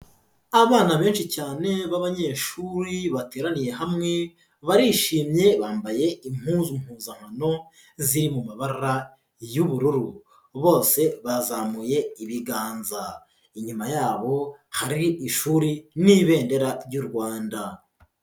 Abana benshi cyane b'abanyeshuri bateraniye hamwe, barishimye bambaye impuzu mpuzankano ziri mu mabara y'ubururu, bose bazamuye ibiganza, inyuma yabo hari ishuri n'Ibendera ry'u Rwanda.